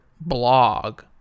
blog